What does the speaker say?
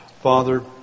Father